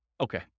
Okay